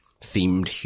themed